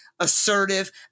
assertive